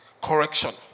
correction